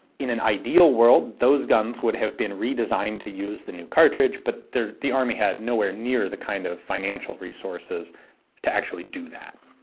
in an ideal world those guns would have been redesigned to use the new cartridge, but the the army had nowhere near the kind of financial resources to actually do that.